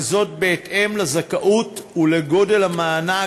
וזאת בהתאם לזכאות ולגודל המענק,